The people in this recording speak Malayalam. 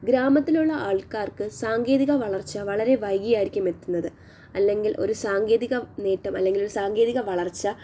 ഗ്രാമത്തിലുള്ള ആൾക്കാർക്ക് സാങ്കേതിക വളർച്ച വളരെ വൈകിയായിരിക്കും എത്തുന്നത് അല്ലെങ്കിൽ ഒരു സാങ്കേതിക നേട്ടം അല്ലെങ്കിൽ സാങ്കേതിക വളർച്ച